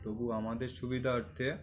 তবু আমাদের সুবিধার্থে